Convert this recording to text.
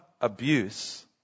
abuse